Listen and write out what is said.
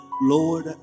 Lord